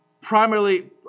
primarily